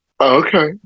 Okay